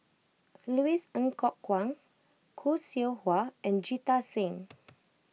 Louis Ng Kok Kwang Khoo Seow Hwa and Jita Singh